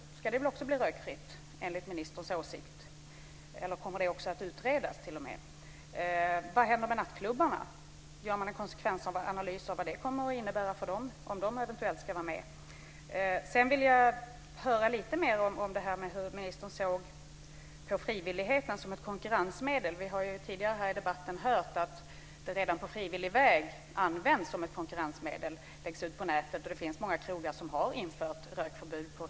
Ska de också bli rökfria? Eller kommer den frågan också att utredas? Vad händer med nattklubbarna? Görs det en konsekvensanalys av vad ett rökförbund kommer att innebära för dem? Sedan vill jag höra lite mer om hur ministern ser på detta med frivilligheten som ett konkurrensmedel. Vi har tidigare i debatten hört att det redan används som ett konkurrensmedel. Information läggs ut på nätet, och det finns många krogar som har infört ett förbud.